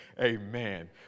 Amen